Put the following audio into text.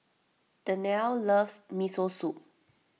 Danyelle loves Miso Soup